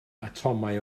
atomau